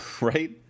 right –